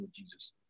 Jesus